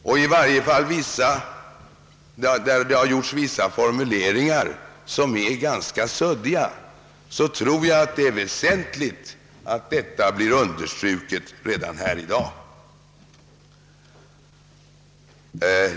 Då det emellertid har gjorts vissa formuleringar som är ganska suddiga tror jag det är väsentligt med ett understrykande redan i dag.